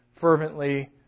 fervently